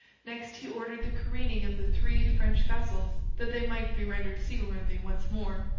next he ordered the careening of the three french vessels that they might be rendered seaworthy once more.